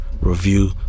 review